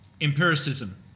empiricism